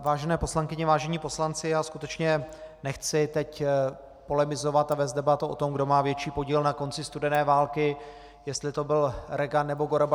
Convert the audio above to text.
Vážené poslankyně, vážení poslanci, já skutečně nechci teď polemizovat a vést debatu o tom, kdo má větší podíl na konci studené války, jestli to byl Reagan, nebo Gorbačov.